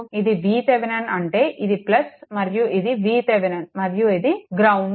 ఇది VThevenin అంటే ఇది మరియు ఇది VThevenin మరియు ఇది గ్రౌండ్